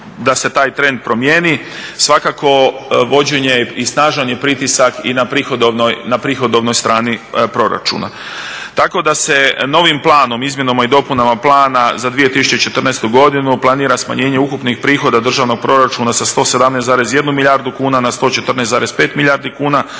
da se taj trend promijeni. Svakako vođen i snažan je pritisak i na prihodovnoj strani proračuna. Tako da se novim planom, izmjenama i dopunama plana za 2014. godinu planira smanjenje ukupnih prihoda državnog proračuna s 117,1 milijardu kuna na 114,5 milijardi kuna,